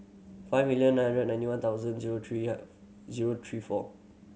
five million nine hundred ninety one thoudand zero three zero three four